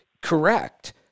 Correct